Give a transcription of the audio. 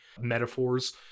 metaphors